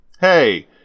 Hey